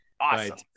Awesome